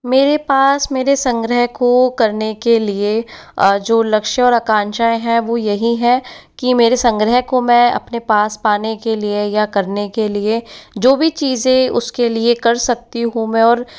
मेरे पास मेरे संग्रह को करने के लिए जो लक्षण आकांक्षाएं है वो यही है कि मेरे संग्रह को मैं अपने पास पाने के लिए या करने के लिए जो भी चीज़ें उसके लिए कर सकती हूँ मैं और